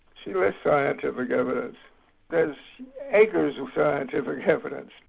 serious scientific evidence there are acres of scientific evidence.